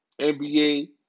NBA